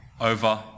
over